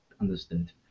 understood